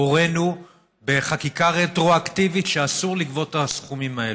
הורינו בחקיקה רטרואקטיבית שאסור לגבות את הסכומים האלה.